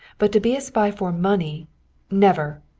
but to be a spy for money never!